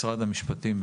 משרד המשפטים,